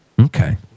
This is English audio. Okay